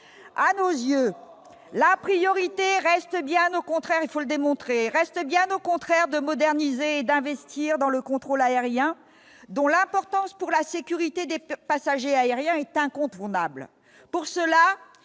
à nos yeux, la priorité reste bien au contraire, il faut le démontrer reste, bien au contraire, de moderniser et d'investir dans le contrôle aérien dont l'importance pour la sécurité des passagers aériens est incontournable